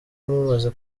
mumaze